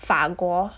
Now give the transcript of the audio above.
法国